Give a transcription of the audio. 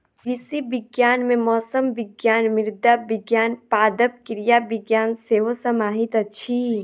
कृषि विज्ञान मे मौसम विज्ञान, मृदा विज्ञान, पादप क्रिया विज्ञान सेहो समाहित अछि